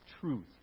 truth